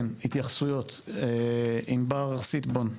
בבקשה סגן אלוף ענבר סיטבון.